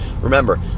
remember